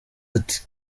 ati